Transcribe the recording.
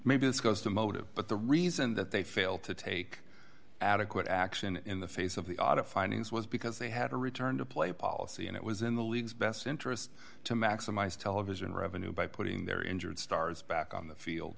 maybe this goes to motive but the reason that they fail to take adequate action in the face of the audit findings was because they had a return to play policy and it was in the league's best interest to maximize television revenue by putting their injured stars back on the field